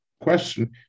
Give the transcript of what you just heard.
Question